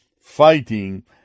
fighting